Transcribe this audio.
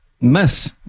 miss